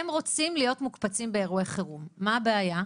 הם רוצים להיות מוקפצים באירועי חירום, מה הבעיה?